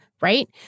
right